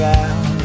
out